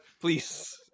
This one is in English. Please